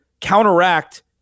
counteract